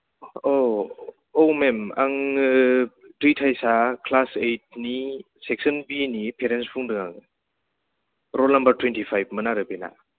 औ औ मेम आङो दैथायसार क्लास एइडनि सेक्सन बिनि पेरेन्ट बुंदों आङो रल नाम्बार तुवेन्टि फाइभमोन आरो बेना